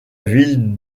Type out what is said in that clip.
ville